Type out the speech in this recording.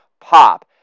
pop